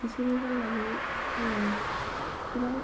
बिसोरजों रायज्लायनानै आङो गोबां